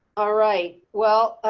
ah right, well,